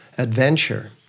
adventure